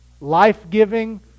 life-giving